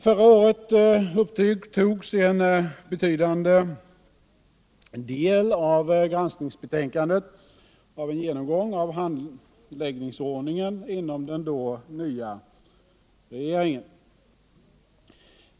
Förra året upptogs en betydande del av granskningsbetänkandet av en genomgång av handläggningsordningen inom den då nya regeringen.